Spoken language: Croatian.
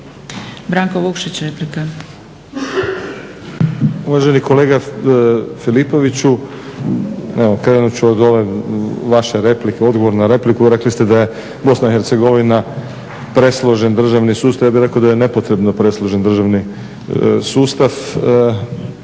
Stranka rada)** Uvaženi kolega Filipoviću, krenut ću od ovog vašeg odgovora na repliku. Rekli ste da je BiH presložen državni sustav, ja bih rekao da je nepotrebno presložen državni sustav,